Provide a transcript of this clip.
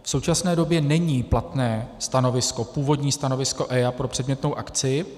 V současné době není platné stanovisko, původní stanovisko EIA pro předmětnou akci.